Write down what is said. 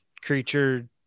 creature